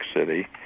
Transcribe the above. City